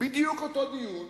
בדיוק אותו דיון